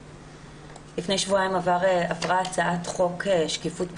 לפני שבועיים עברה הצעת חוק שקיפות בשכר,